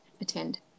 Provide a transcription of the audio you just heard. attend